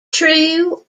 true